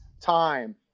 time